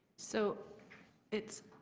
so it's